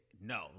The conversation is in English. no